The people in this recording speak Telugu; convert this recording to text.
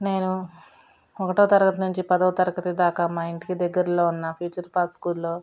నేను ఒకటో తరగతి నుంచి పదో తరగతి దాకా మా ఇంటికి దగ్గరలో ఉన్న ఫ్యూచర్ పాస్ స్కూల్లో